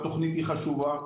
התוכנית היא חשובה,